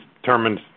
determined